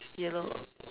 yellow